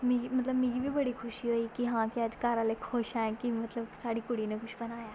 मतलब मिगी बी बड़ी ख़ुशी होई की आं घर आह्ले अज्ज खुश ऐ मतलब साढ़ी कुड़ी ने कुछ बनाया ऐ